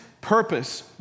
purpose